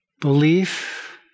belief